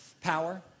power